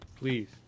Please